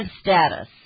status